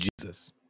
Jesus